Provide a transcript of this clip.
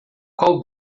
qual